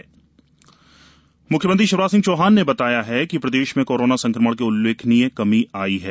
corona warriors म्ख्यमंत्री शिवराज सिंह चौहान ने बताया है कि प्रदेश में कोरोना संक्रमण में उल्लेखनीय कमी आई है